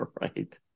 right